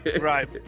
Right